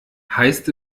heißt